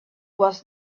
was